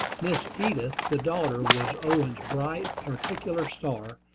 miss edith, the daughter, was owen's bright particular star,